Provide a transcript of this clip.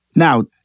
Now